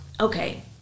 okay